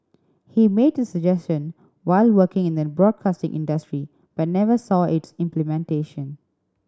he made the suggestion while working in the broadcasting industry but never saw its implementation